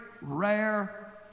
rare